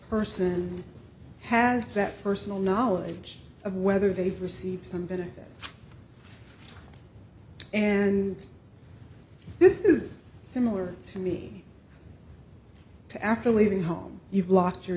person has that personal knowledge of whether they've received some benefit and this is similar to me to after leaving home you've locked your